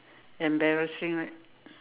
embarrassing right